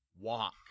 walk